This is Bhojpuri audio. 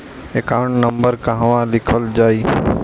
एकाउंट नंबर कहवा लिखल जाइ?